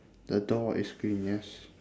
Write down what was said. the door is green yes